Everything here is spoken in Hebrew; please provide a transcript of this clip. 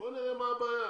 בואו נראה מה הבעיה.